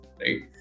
right